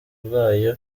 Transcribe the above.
bwayo